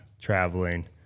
traveling